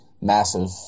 massive